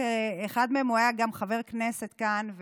אחד מהם גם היה חבר כנסת כאן,